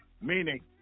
meaning